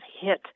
hit